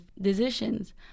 decisions